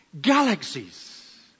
galaxies